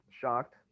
Shocked